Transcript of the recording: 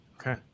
Okay